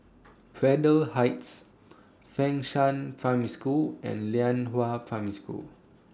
Braddell Heights Fengshan Primary School and Lianhua Primary School